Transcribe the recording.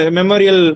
Memorial